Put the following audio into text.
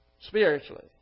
spiritually